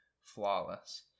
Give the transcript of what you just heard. flawless